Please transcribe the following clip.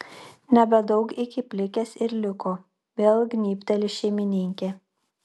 nebedaug iki plikės ir liko vėl gnybteli šeimininkė